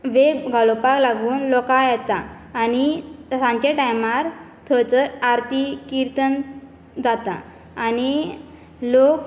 वेळ घालोवपा लागून लोक येतात आनी सांजे टायमार थंयसर आरती किर्तन जाता आनी लोक